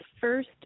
first